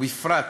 ובפרט